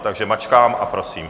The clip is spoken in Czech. Takže mačkám a prosím.